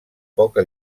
poca